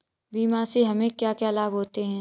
बीमा से हमे क्या क्या लाभ होते हैं?